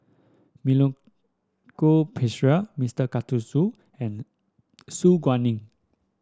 Milenko Prvacki Mister Karthigesu and Su Guaning